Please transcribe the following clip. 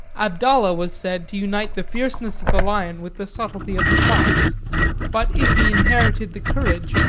abdallah was said to unite the fierceness of the lion with the subtlety of the fox but if he inherited the courage,